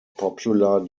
popular